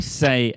say